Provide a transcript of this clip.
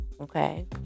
Okay